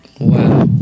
Wow